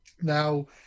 now